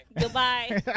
Goodbye